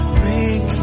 bring